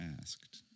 asked